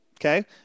okay